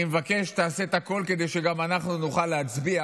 אני מבקש שתעשה את הכול כדי שגם אנחנו נוכל להצביע,